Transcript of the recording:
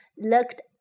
looked